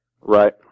right